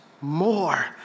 more